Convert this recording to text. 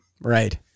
Right